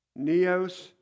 neos